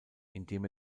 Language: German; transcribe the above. indem